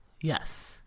Yes